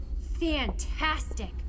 Fantastic